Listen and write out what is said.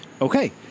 Okay